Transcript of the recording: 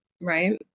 right